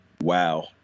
wow